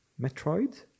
Metroid